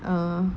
err